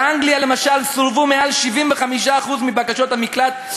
באנגליה, למשל, סורבו מעל 75% מבקשות המקלט.